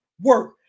Work